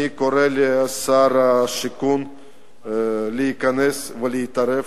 אני קורא לשר השיכון להיכנס, ולהתערב,